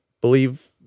believe